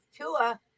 Tua